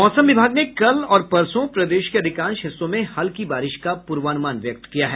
मौसम विभाग ने कल और परसों प्रदेश के अधिकांश हिस्सों में हल्की बारिश का पूर्वानुमान व्यक्त किया है